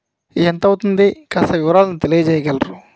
ఎంత అవుతుంది కాస్త వివరాలు తెలియజేయగలరు